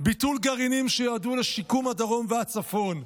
ביטול גרעינים שיועדו לשיקום הדרום והצפון,